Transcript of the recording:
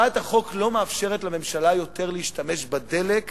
הצעת החוק לא מאפשרת לממשלה יותר להשתמש בדלק